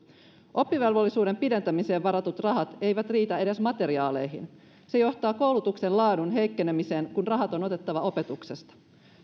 oppivelvollisuuden pidentämiseen varatut rahat eivät riitä edes materiaaleihin se johtaa koulutuksen laadun heikkenemiseen kun rahat on otettava opetuksesta